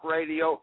Radio